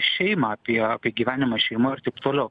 šeimą apie apie gyvenimą šeimoj ir taip toliau